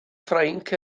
ffrainc